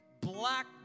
black